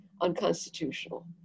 unconstitutional